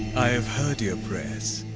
i have heard your prayers.